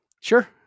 Sure